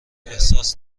احساس